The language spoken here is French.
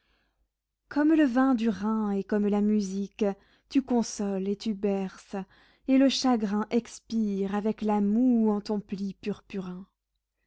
comme le vin du rhin et comme la musique tu consoles et tu berces et le chagrin expire avec la moue en ton pli purpurin